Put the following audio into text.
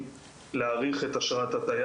גם ראינו את זה במלונות.